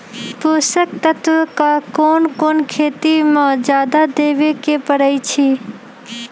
पोषक तत्व क कौन कौन खेती म जादा देवे क परईछी?